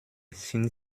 sind